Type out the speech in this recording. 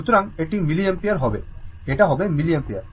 সুতরাং এটি মিলিঅ্যাম্পিয়ার হবে এটা হবে মিলিঅ্যাম্পিয়ার